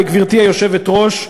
גברתי היושבת-ראש,